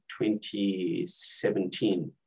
2017